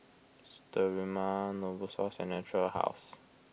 Sterimar Novosource and Natura House